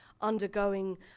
undergoing